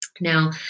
Now